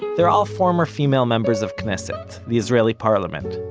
they're all former female members of knesset, the israeli parliament.